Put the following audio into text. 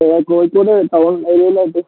പിന്നെ കോഴിക്കോട് ടൗൺ ഏരിയലോട്ട്